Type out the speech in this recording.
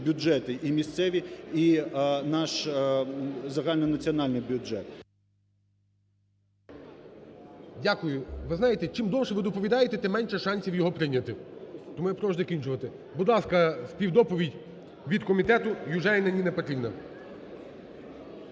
бюджети і місцеві, і наш загальнонаціональний бюджет. ГОЛОВУЮЧИЙ. Дякую. Ви знаєте, чим довше ви доповідаєте, тим менше шансів його прийняти. Тому я прошу закінчувати. Будь ласка, співдоповідь від комітету Южаніна Ніна Петрівна.